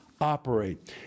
operate